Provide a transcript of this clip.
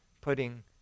putting